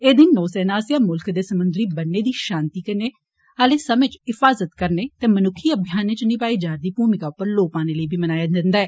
एह दिन नौसेना आस्सेआ मुल्ख दे समुन्द्री बन्ने दी षांति आले समें च हिफाजत करने ते मनुक्खी अभियानें च निभाई जारदी भूमिका उप्पर लौ पाने लेई बी मनाया जारदा ऐ